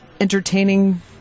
entertaining